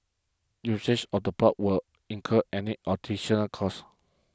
usage of the ports will incur any additional cost